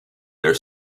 their